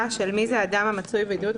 מי זה האדם המצוי בבידוד.